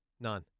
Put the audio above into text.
None